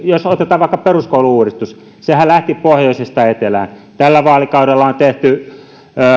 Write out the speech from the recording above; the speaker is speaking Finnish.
jos otetaan vaikka peruskoulu uudistus sehän lähti pohjoisesta etelään tällä vaalikaudella on tehty